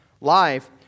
life